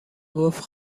گفت